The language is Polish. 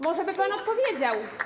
Może by pan odpowiedział.